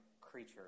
creature